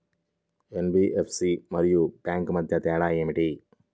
NBFC మరియు bank మధ్య తేడా ఏమిటీ?